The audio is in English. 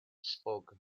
spoke